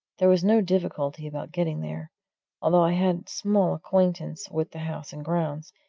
there was no difficulty about getting there although i had small acquaintance with the house and grounds,